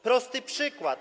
Prosty przykład.